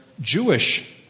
Jewish